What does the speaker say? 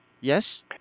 yes